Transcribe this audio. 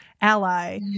ally